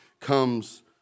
comes